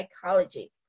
psychology